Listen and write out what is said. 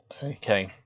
Okay